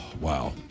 wow